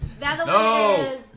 No